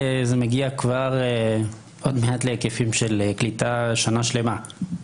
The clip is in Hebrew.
מגיע כבר עוד מעט להיקפים של קליטה של שנה שלמה.